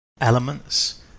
elements